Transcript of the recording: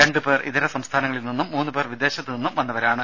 രണ്ടു പേർ ഇതര സംസ്ഥാനങ്ങളിൽ നിന്നും മൂന്നു പേർ വിദേശത്തുനിന്നും വന്നവരാണ്